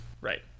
Right